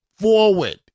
forward